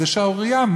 זו שערורייה.